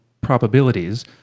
probabilities